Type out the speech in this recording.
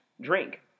drink